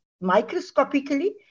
microscopically